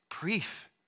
brief